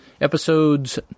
Episodes